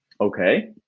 Okay